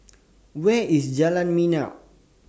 Where IS Jalan Minyak